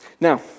Now